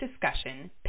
discussion